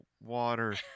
water